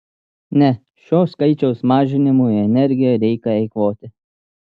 ne šio skaičiaus mažinimui energiją reikia eikvoti